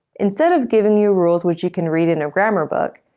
instead of giving you rules which you can read in a grammar book,